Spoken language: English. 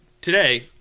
today